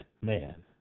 man